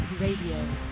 Radio